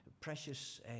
precious